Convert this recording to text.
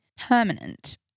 permanent